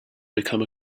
become